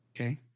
Okay